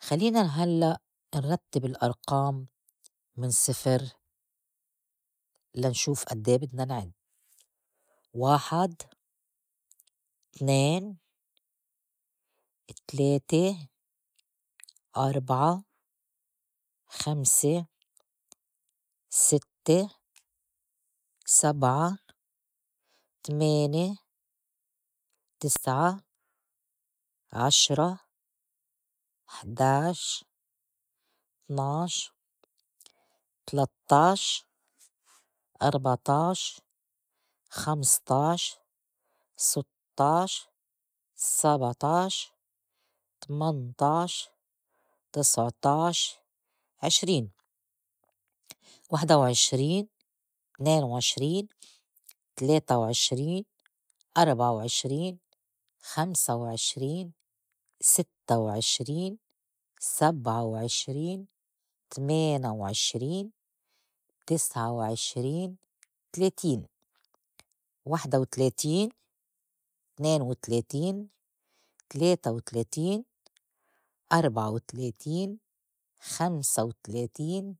خلّينا هلّأ نرتّب الأرقام من صفر لنشوف أدّي بدنا نعد. واحد، تنين، تلاتة، أربعة، خمسة، ستّة، سبعة، تمانة، تسعة، عشرة، حداعش، طناعش، تلات طاعش، أربع طاعش، خمس طاعش، ست طاعش، سبع طاعش، تمن طاعش، تسع طاعش، عشرين. وحدة وعشرين، تنينا وعشرين، تليتا وعشرين، أربعة وعشرين، خمسة وعشرين، ستّة وعشرين، سبعة وعشرين، تمينا وعشرين، تسعة وعشرين، تلاتين. وحدة وتلاتين، تنينا وتلاتين، تليتا وتلاتين، أربعة وتلاتين، خمسة وتلاتين،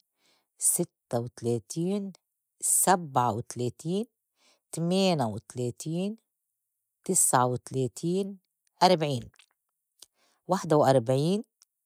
ستّة وتلاتين، سبعة وتلاتين، تمينا وتلاتين، تسعة وتلاتين، أربعين، وحدة وأربعين.